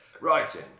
Writing